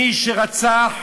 מי שרצח,